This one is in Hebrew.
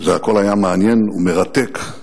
והכול היה מעניין ומרתק,